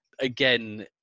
again